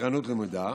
סקרנות למידה,